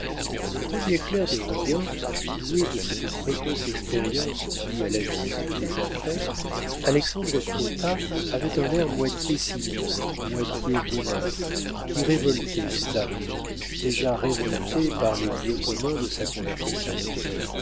le premier clerc de roguin doué de cette précoce expérience due à l'habitude des affaires alexandre crottat avait un air moitié cynique moitié bonasse qui révoltait césarine déjà révoltée par les lieux communs de sa conversation